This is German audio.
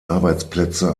arbeitsplätze